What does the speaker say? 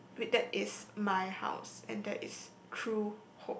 with that is my house and that is true home